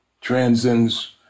transcends